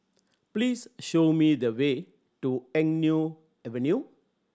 please show me the way to Eng Neo Avenue